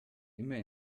immer